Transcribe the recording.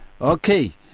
Okay